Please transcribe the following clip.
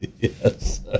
Yes